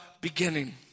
beginning